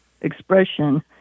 expression